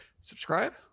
subscribe